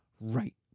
right